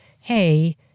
hey